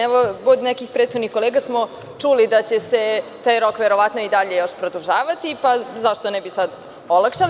Evo, od nekih prethodnih kolega smo čuli da će se taj rok verovatno i dalje još produžavati, pa zašto ne bi sada olakšali?